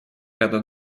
ряда